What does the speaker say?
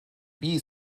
wie